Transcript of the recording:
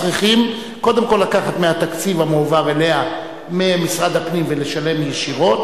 צריכים קודם כול לקחת מהתקציב המועבר אליה ממשרד הפנים ולשלם ישירות,